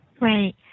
Right